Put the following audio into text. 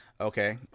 Okay